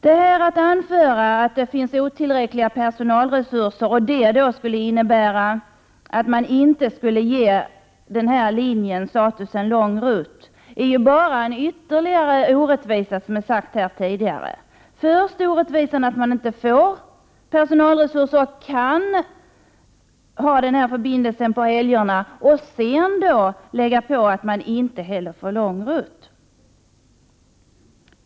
Det har anförts att personalresurserna är otillräckliga och att det skulle innebära att denna linje inte kan ges statusen lång rutt. Det är en orättvisa att man inte får personalresurser och kan ha denna förbindelse på helgerna, och det är en annan orättvisa att den inte betraktas som lång rutt.